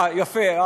אה, יפה.